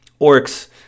orcs